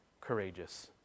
courageous